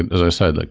and as i said, like